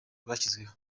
twashyizeho